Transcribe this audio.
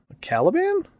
caliban